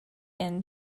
end